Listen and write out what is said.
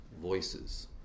Voices